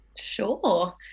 sure